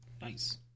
nice